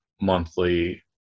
monthly